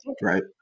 right